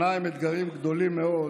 שנה עם אתגרים גדולים מאוד